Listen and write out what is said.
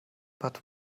but